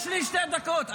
יש לי שתי דקות.